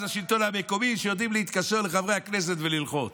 השלטון המקומי שיודעים להתקשר לחברי הכנסת וללחוץ.